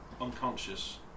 unconscious